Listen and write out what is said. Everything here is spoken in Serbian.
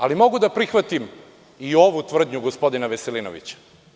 Ali, mogu da prihvatim i ovu tvrdnju gospodina Veselinovića.